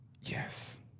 Yes